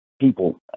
people